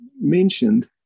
mentioned